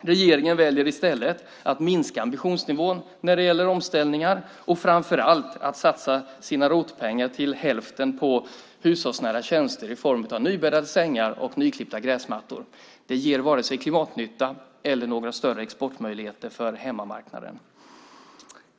Regeringen väljer i stället att minska ambitionsnivån när det gäller omställningar och framför allt att satsa sina ROT-pengar till hälften på hushållsnära tjänster i form av nybäddade sängar och nyklippta gräsmattor. Det ger varken klimatnytta eller några större exportmöjligheter för hemmamarknaden.